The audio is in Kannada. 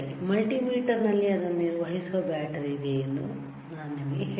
ಮಲ್ಟಿಮೀಟರ್ ನಲ್ಲಿ ಅದನ್ನು ನಿರ್ವಹಿಸುವ ಬ್ಯಾಟರಿ ಇದೆ ಎಂದು ನಾನು ನಿಮಗೆ ಹೇಳಿದೆ